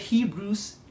Hebrews